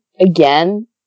again